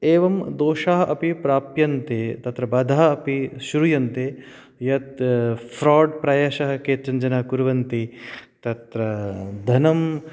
एवं दोषाः अपि प्राप्यन्ते तत्र बाधा अपि श्रूयन्ते यत् फ़्रोड् प्रायशः केचन जनाः कुर्वन्ति तत्र धनम्